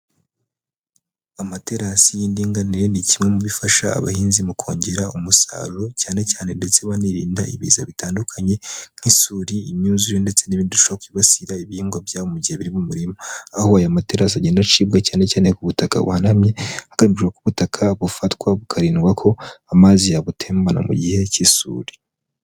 Amaterasi y'indinganire ni kimwe mu bifasha abahinzi mu kongera umusaruro cyane cyane ndetse banirinda ibiza bitandukanye nk'isuri, imyuzure ndetse n'ibindi bishobora kwibasira ibihingwa byabo mu gihe biri mu murima aho ayo materasi agenda acibwa cyane cyane ku butaka buhanamye agamije ko ubutaka bufatwa bukarindwa ko amazi yabutembana mu gihe k'isuri.